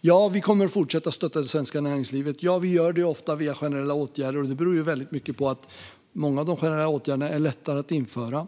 Ja, vi kommer att fortsätta att stötta det svenska näringslivet. Vi gör det ofta via generella åtgärder, och det beror på att många av de generella åtgärderna är lättare att införa.